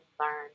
learn